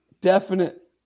Definite